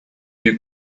you